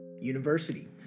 University